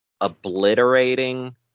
obliterating